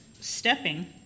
stepping